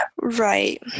Right